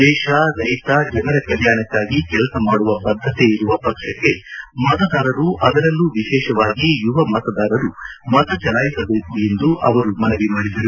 ದೇಶ ರೈತ ಜನರ ಕಲ್ಯಾಣಕ್ಕೆ ಕೆಲಸ ಮಾಡುವ ಬದ್ಧತೆ ಇರುವ ಪಕ್ಷಕ್ಕೆ ಮತದಾರರು ಅದರಲ್ಲೂ ವಿಶೇಷವಾಗಿ ಯುವ ಮತದಾರರು ಮತ ಚಲಾಯಿಸಬೇಕು ಎಂದು ಅವರು ಮನವಿ ಮಾಡಿದರು